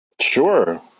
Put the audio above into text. Sure